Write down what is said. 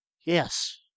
Yes